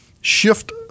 shift